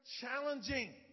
challenging